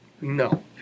No